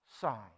sign